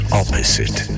opposite